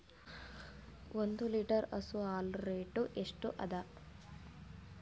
ಒಂದ್ ಲೀಟರ್ ಹಸು ಹಾಲ್ ರೇಟ್ ಎಷ್ಟ ಅದ?